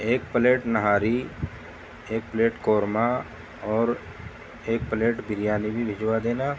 ایک پلیٹ نہاری ایک پلیٹ قورمہ اور ایک پلیٹ بریانی بھی بھجوا دینا